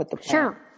Sure